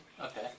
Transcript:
Okay